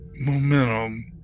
momentum